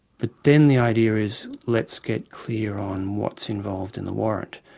but then the idea is let's get clear on what's involved in the warrant,